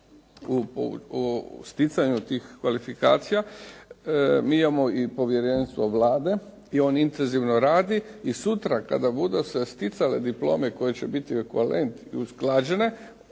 u sticanju tih kvalifikacija mi imamo i povjerenstva Vlade i on intenzivno radi. I sutra kada budu se sticale diplome koje će biti …/Govornik se ne